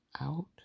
out